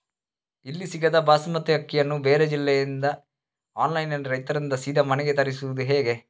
ಇಲ್ಲಿ ಸಿಗದ ಬಾಸುಮತಿ ಅಕ್ಕಿಯನ್ನು ಬೇರೆ ಜಿಲ್ಲೆ ಇಂದ ಆನ್ಲೈನ್ನಲ್ಲಿ ರೈತರಿಂದ ಸೀದಾ ಮನೆಗೆ ತರಿಸುವುದು ಹೇಗೆ?